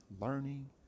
learning